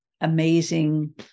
amazing